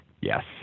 Yes